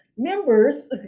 members